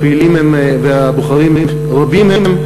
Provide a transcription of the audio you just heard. הבוחרים רבים הם,